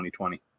2020